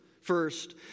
first